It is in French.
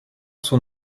son